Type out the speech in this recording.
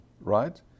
right